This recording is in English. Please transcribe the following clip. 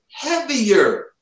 heavier